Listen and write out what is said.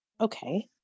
Okay